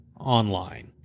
online